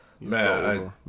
Man